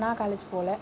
நான் காலேஜ் போல